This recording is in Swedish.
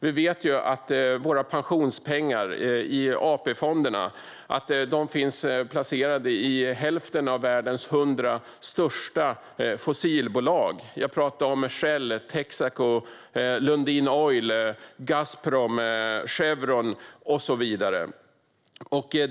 Vi vet ju att våra pensionspengar i AP-fonderna finns placerade i hälften av världens 100 största fossilbolag - jag talar om Shell, Texaco, Lundin Petroleum, Gazprom, Chevron och så vidare.